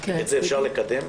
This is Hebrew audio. אני מבקש,